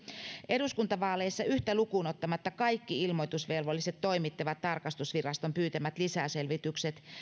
eduskuntavaaleissa yhtä lukuun ottamatta kaikki ilmoitusvelvolliset toimittivat tarkastusviraston pyytämät lisäselvitykset